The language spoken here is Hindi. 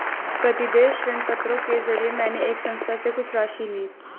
प्रतिदेय ऋणपत्रों के जरिये मैंने एक संस्था से कुछ राशि ली